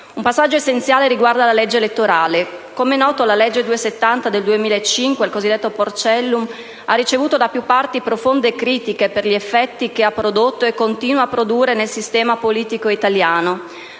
Un passaggio essenziale riguarda la legge elettorale. Come è noto la legge n. 270 del 2005, il cosiddetto "porcellum", ha ricevuto da più parti profonde critiche per gli effetti che ha prodotto e continua a produrre nel sistema politico italiano.